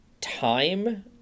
time